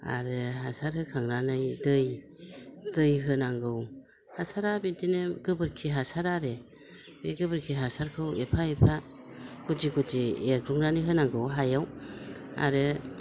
आरो हासार होखांनानै दै दै होनांगौ हासारा बिदिनो गोबोरखि हासार आरो बे गोबोरखि हासारखौ एफा एफा गुदि गुदि एरग्रोनानै होनांगौ हायाव आरो